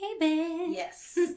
Yes